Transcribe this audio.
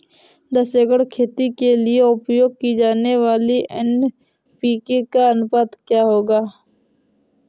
दस एकड़ खेती के लिए उपयोग की जाने वाली एन.पी.के का अनुपात क्या होगा?